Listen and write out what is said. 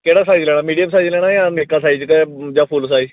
आं केह्ड़ा साईज़ लैना जां निक्के जेह्ड़े दस्स दा फुल्ल साईज़